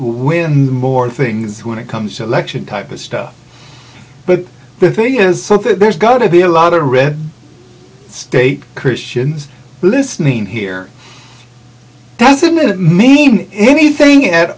when more things when it comes to election type of stuff but the thing is there's got to be a lot of red state christians listening here doesn't it mean anything at